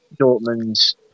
Dortmund's